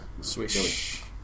Swish